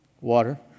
water